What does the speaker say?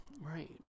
Right